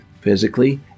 physically